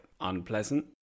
unpleasant